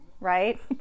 right